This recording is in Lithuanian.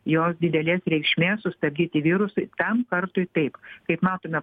jos didelės reikšmės sustabdyti virusui tam kartui taip kaip matome